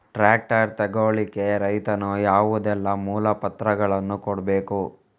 Tractor ತೆಗೊಳ್ಳಿಕೆ ರೈತನು ಯಾವುದೆಲ್ಲ ಮೂಲಪತ್ರಗಳನ್ನು ಕೊಡ್ಬೇಕು?